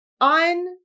on